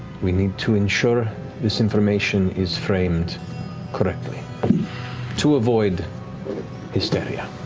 we need to ensure this information is framed correctly to avoid hysteria.